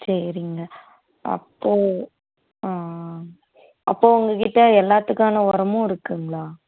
சரிங்க அப்போ ஆ அப்போ உங்கள்கிட்ட எல்லாத்துக்கான உரமும் இருக்குங்களா